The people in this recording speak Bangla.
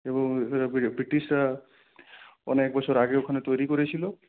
এবং ব্রিটিশরা অনেক বছর আগে ওখানে তৈরি করেছিল